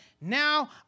now